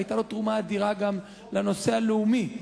היתה לו תרומה אדירה גם לנושא הלאומי היהודי.